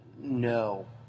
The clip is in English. No